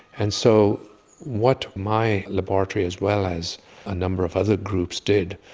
and so what my laboratory, as well as a number of other groups did,